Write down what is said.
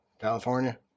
California